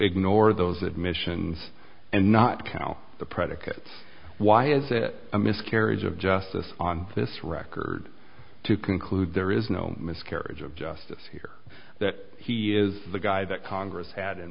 ignore those admissions and not count the predicate why is it a miscarriage of justice on this record to conclude there is no miscarriage of justice here that he is the guy that congress had in